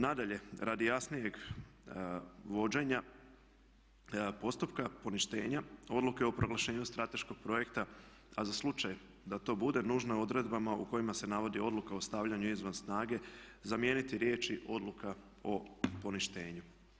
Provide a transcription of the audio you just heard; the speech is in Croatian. Nadalje, radi jasnijeg vođenja postupka poništenja Odluke o proglašenju strateškog projekta a za slučaj da to bude nužno odredbama u kojima se navodi Odluka o stavljanju izvan snage zamijeniti riječi odluka o poništenju.